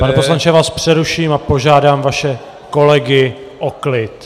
Pane poslanče, já vás přeruším a požádám vaše kolegy o klid.